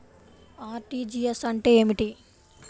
RTGS అంటే ఏమిటి?